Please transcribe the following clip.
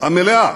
המלאה